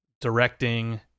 directing